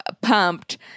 pumped